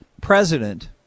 president